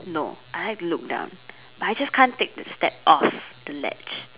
no I had to look down but I just can't take the step off the ledge